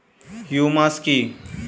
Humus কি?